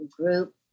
group